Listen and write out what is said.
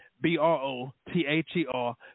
B-R-O-T-H-E-R